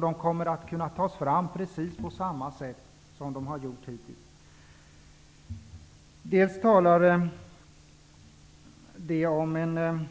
De kommer också att kunna tas fram på precis samma sätt som hittills. För det första visar